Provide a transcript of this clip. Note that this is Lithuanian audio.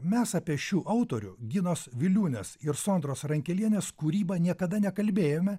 mes apie šių autorių ginos viliūnės ir sondros rankelienės kūrybą niekada nekalbėjome